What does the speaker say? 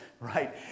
right